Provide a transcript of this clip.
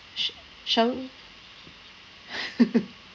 sh~ shall